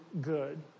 good